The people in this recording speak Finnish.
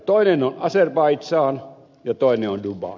toinen on azerbaidzhan ja toinen on dubai